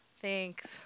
Thanks